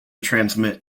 transmit